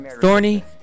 thorny